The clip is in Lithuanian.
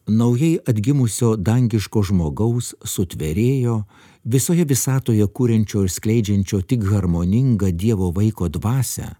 naujai atgimusio dangiško žmogaus sutvėrėjo visoje visatoje kuriančio ir skleidžiančio tik harmoningą dievo vaiko dvasią